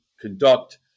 conduct